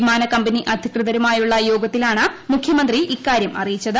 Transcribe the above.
വിമാനക്കമ്പനി അധികൃതരുമായുള്ള യോഗത്തിലാണ് മുഖ്യമന്ത്രി ഇക്കാര്യം അറിയിച്ചത്